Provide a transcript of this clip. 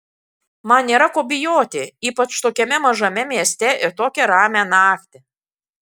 man nėra ko bijoti ypač tokiame mažame mieste ir tokią ramią naktį